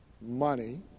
money